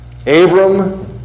Abram